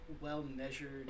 well-measured